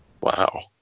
Wow